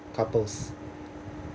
couples